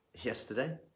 yesterday